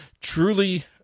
truly